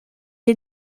est